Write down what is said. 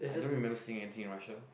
I don't remember seeing anything in Russia